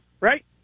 right